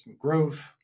growth